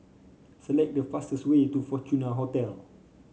select the fastest way to Fortuna Hotel